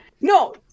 No